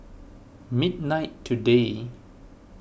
midnight today